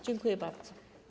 Dziękuję bardzo.